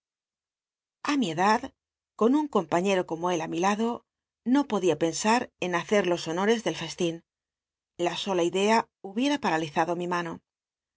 a mi edad con un compaíier'o como él ti mí lacto no podía pens r en hacer los honores del l'cstin la sola idea hubiera paralizado mi mano